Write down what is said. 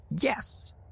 Yes